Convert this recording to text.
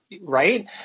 Right